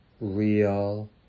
real